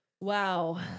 Wow